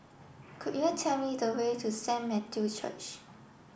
could you tell me the way to Saint Matthew Church